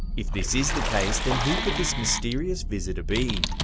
if this is the case, then who could this mysterious visitor be?